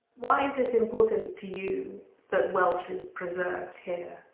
why is it important to you that welsh is preserved here?